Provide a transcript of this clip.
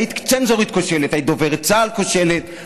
היית דוברת צה"ל כושלת,